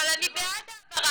אבל אני בעד ההעברה,